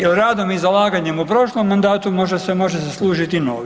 Jel radom i zalaganjem u prošlom mandatu možda se može zaslužiti novi.